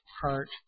heart